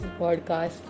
podcast